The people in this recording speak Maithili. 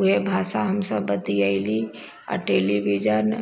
उएह भाषा हमसभ बतियैली आ टेलीविजन